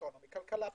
כלכלה פוליטית.